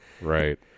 right